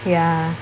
ya